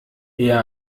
eher